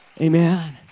Amen